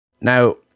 Now